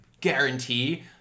guarantee